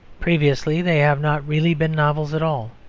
previously they have not really been novels at all.